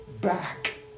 back